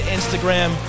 Instagram